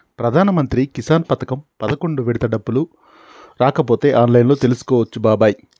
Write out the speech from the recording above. ప్రధానమంత్రి కిసాన్ పథకం పదకొండు విడత డబ్బులు రాకపోతే ఆన్లైన్లో తెలుసుకోవచ్చు బాబాయి